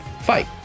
fight